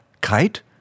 Kite